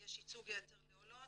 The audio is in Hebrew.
יש ייצוג יתר לעולות.